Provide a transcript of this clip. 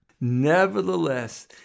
nevertheless